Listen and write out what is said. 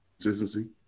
Consistency